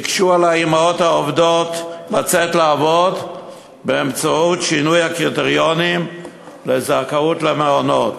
הקשו על האימהות לצאת לעבוד באמצעות שינוי הקריטריונים לזכאות למעונות.